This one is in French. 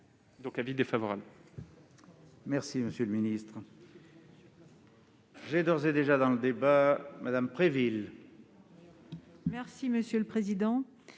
un avis défavorable.